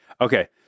Okay